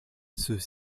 ceux